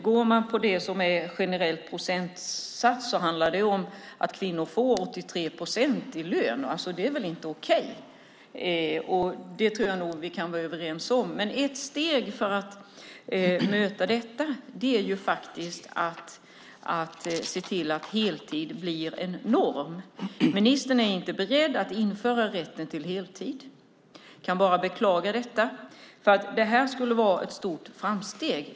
Går man på den generella procentsatsen handlar det om att kvinnor får 83 procent i lön. Det är väl inte okej? Det tror jag nog att vi kan vara överens om. Ett steg för att möta detta är att se till att heltid blir norm. Ministern är inte beredd att införa rätten till heltid. Jag kan bara beklaga detta. Det skulle vara ett stort framsteg.